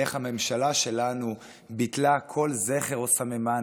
איך הממשלה שלנו ביטלה כל זכר או סממן